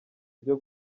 byo